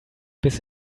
bis